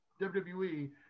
WWE